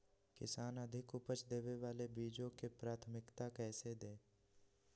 किसान अधिक उपज देवे वाले बीजों के प्राथमिकता कैसे दे?